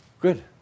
Good